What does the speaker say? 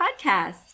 podcast